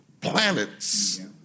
planets